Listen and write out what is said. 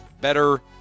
better